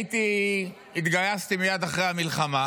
התגייסתי מייד אחרי המלחמה,